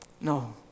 No